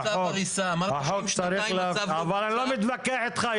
מי שיש לו צו הריסה --- אני לא מתווכח איתך,